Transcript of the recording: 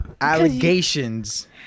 allegations